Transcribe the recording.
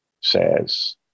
says